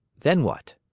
then what?